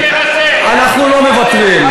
ישראלי אנחנו לא מוותרים.